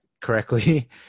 correctly